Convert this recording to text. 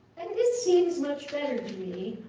and this seems much better to me,